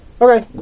Okay